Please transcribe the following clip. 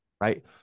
Right